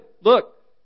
look